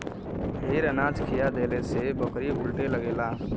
ढेर अनाज खिया देहले से बकरी उलटे लगेला